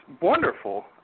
wonderful